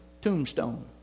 tombstone